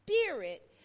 spirit